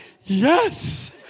yes